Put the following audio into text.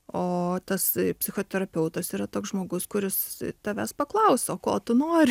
o tas psichoterapeutas yra toks žmogus kuris tavęs paklaus o ko tu nori